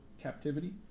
captivity